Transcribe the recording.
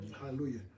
Hallelujah